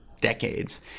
decades